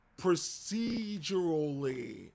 procedurally